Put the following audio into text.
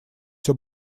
все